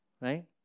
Right